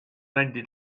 ended